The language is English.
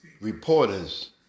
reporters